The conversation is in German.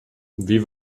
wie